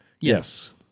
Yes